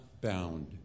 bound